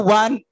one